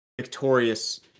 victorious